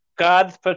God's